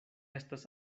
estas